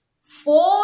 four